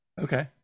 Okay